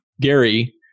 Gary